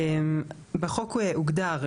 בחוק הוגדר,